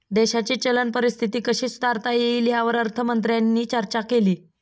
देशाची चलन परिस्थिती कशी सुधारता येईल, यावर अर्थमंत्र्यांनी चर्चा केली